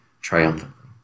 triumphantly